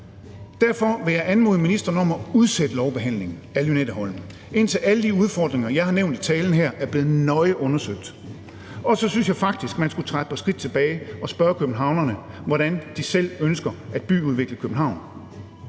Derfor vil jeg anmode ministeren om at udsætte lovbehandlingen af Lynetteholmen, indtil alle de udfordringer, jeg har nævnt i talen her, er blevet nøje undersøgt. Og så synes jeg faktisk, man skulle træde et par skridt tilbage og spørge københavnerne, hvordan de selv ønsker at byudvikle København.